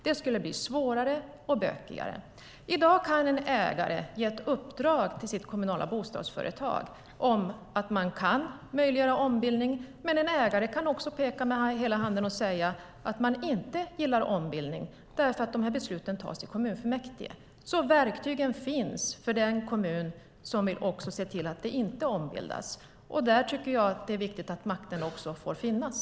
Det skulle bli svårare och bökigare. I dag kan en ägare ge ett uppdrag till sitt kommunala bostadsföretag att man kan möjliggöra ombildning. Men en ägare kan också peka med hela handen och säga att man inte gillar ombildning därför att de besluten tas i kommunfullmäktige. Verktygen finns också för den kommun som vill se till att det inte ombildas. Där tycker jag att det är viktigt att makten får finnas.